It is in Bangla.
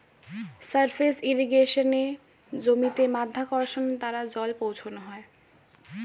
সারফেস ইর্রিগেশনে জমিতে মাধ্যাকর্ষণের দ্বারা জল পৌঁছানো হয়